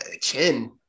Chin